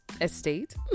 estate